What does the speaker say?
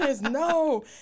no